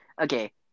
Okay